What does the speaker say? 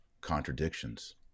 contradictions